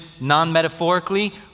non-metaphorically